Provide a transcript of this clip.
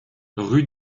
rue